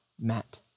met